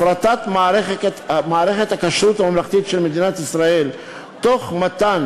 הפרטת מערכת הכשרות הממלכתית של מדינת ישראל תוך מתן